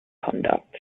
conduct